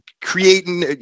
creating